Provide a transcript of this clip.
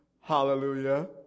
Hallelujah